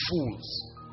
fools